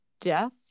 death